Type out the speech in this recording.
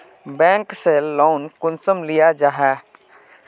Bank से loan कुंसम लिया जाहा?